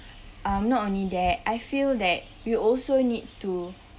um not only that I feel that you also need to